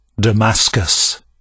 Damascus